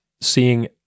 seeing